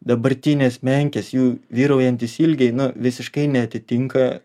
dabartinės menkės jų vyraujantys ilgiai nu visiškai neatitinka